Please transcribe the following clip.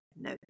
no